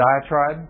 diatribe